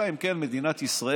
אלא אם כן מדינת ישראל